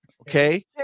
Okay